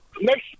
next